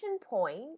point